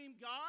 God